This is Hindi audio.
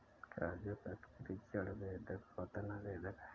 काजू का कीट जड़ बेधक और तना बेधक है